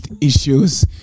issues